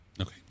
Okay